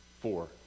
Four